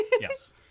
Yes